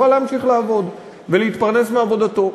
יוכל להמשיך לעבוד ולהתפרנס מעבודתו.